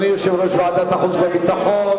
אדוני יושב-ראש ועדת החוץ והביטחון,